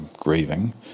grieving